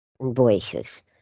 voices